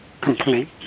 Complete